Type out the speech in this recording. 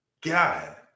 God